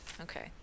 Okay